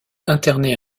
interné